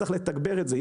צריך לתגבר את זה,